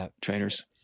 trainers